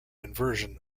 inversion